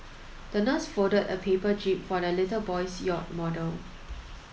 the nurse folded a paper jib for the little boy's yacht model